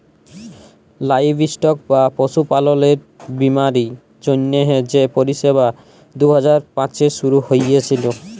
livestock বা পশুপাললের বীমার জ্যনহে যে পরিষেবা দু হাজার পাঁচে শুরু হঁইয়েছিল